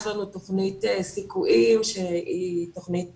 יש לנו תוכנית סיכויים שהיא תוכנית